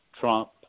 Trump